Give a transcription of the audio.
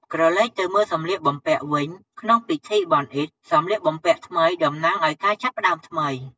ក្រឡេកទៅមើលសម្លៀកបំពាក់វិញ ក្នុងពិធីបុណ្យអ៊ីឌ សម្លៀកបំពាក់ថ្មីតំណាងឱ្យការចាប់ផ្ដើមថ្មី។